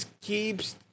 keeps